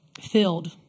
filled